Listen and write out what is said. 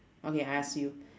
okay I ask you